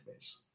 interface